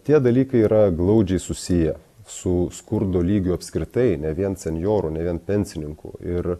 tie dalykai yra glaudžiai susiję su skurdo lygiu apskritai ne vien senjorų ne vien pensininkų ir